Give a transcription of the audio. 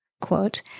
quote